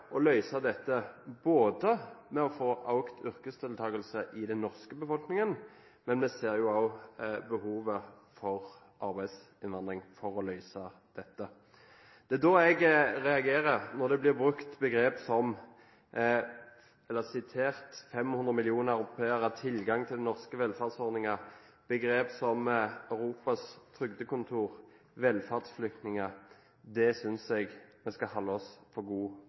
dette ved å få økt yrkesdeltakelse i den norske befolkningen, men vi ser også behovet for arbeidsinnvandring for å løse dette. Jeg reagerer når det blir sagt 500 millioner au-pairer, tilgang til norske velferdsordninger, blir brukt begrep som «Europas nye trygdekontor» og «velferdsflyktninger». Det synes jeg vi skal holde oss for gode